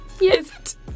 yes